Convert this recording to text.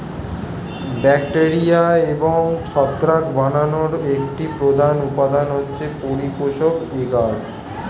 bacteria এবং ছত্রাক বানানোর একটি প্রধান উপাদান হচ্ছে পরিপোষক এগার